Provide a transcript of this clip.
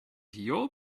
your